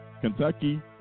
Kentucky